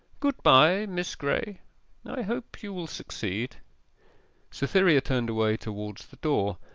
good-bye, miss graye i hope you will succeed cytherea turned away towards the door.